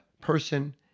person